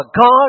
God